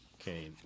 Okay